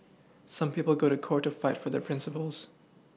some people go to court to fight for their Principles